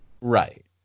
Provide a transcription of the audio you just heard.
Right